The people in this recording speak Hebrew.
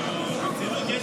כאילו ברצינות,